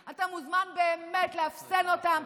אתה מוזמן באמת לאפסן אותם.